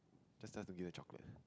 just tell them to give the chocolate